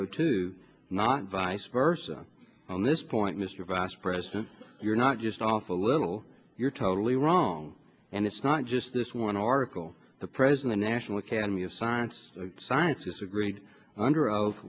o two not vice versa on this point mr vice president you're not just off a little you're totally wrong and it's not just this one article the present a national academy of science scientists agreed under oath